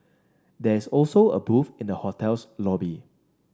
there is also a booth in the hotel's lobby